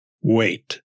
Wait